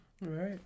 Right